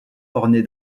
orné